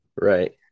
right